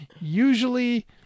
usually